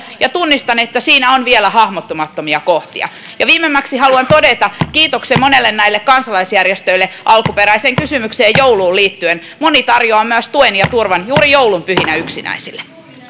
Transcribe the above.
ja tunnistan että siinä on vielä hahmottumattomia kohtia ja viimemmäksi haluan todeta kiitoksen monelle näille kansalaisjärjestöille alkuperäiseen kysymykseen jouluun liittyen moni tarjoaa myös tuen ja turvan juuri joulunpyhinä yksinäisille